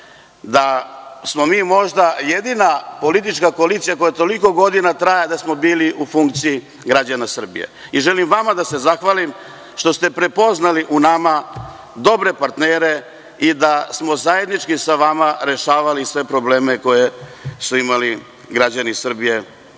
da smo mi možda jedina politička koalicija koja toliko godina traje, a da smo bili u funkciji građana Srbije. Želim vama da se zahvalim što ste prepoznali u nama dobre partnere i da smo zajednički sa vama rešavali sve probleme koje su imali građani Srbije